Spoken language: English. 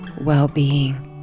well-being